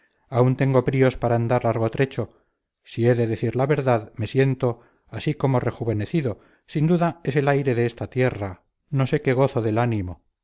aún tengo bríos para andar largo trecho si he de decir la verdad me siento así como rejuvenecido sin duda es el aire de esta tierra no sé qué gozo del ánimo